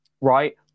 right